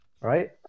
right